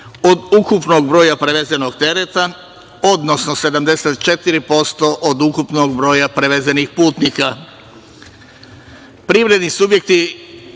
od ukupnog broja prevezenog tereta, odnosno 74% od ukupnog broja prevezenih putnika. Privredni subjekti